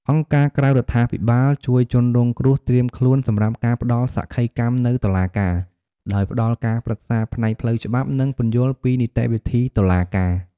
អង្គការក្រៅរដ្ឋាភិបាលជួយជនរងគ្រោះត្រៀមខ្លួនសម្រាប់ការផ្ដល់សក្ខីកម្មនៅតុលាការ ដោយផ្ដល់ការប្រឹក្សាផ្នែកផ្លូវចិត្ត និងពន្យល់ពីនីតិវិធីតុលាការ។